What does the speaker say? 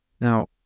Now